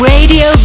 Radio